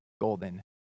golden